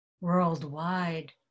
worldwide